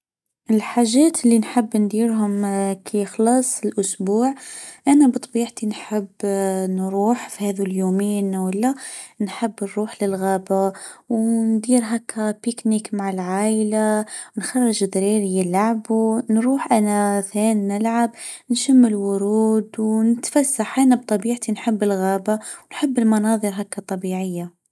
الحاجات إللي نحب نديرهم كيخلص الاسبوع: أنا بطبيعتي نحب نروح في هذه اليومين ولا نحب نروح للغابه وندير هكا بيكنك مع العيله ونخرج دراري للعب ونروح انا نلعب، نشم الورود ونتفسح. أنا بطبيعتي نحب الغابه و نحب المناظر هكا طبيعيه.